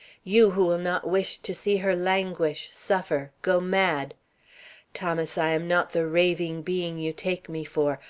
you who will not wish to see her languish suffer go mad thomas, i am not the raving being you take me for.